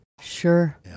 Sure